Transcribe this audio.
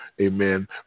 Amen